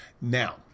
Now